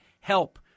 help